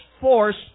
force